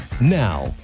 Now